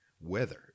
weather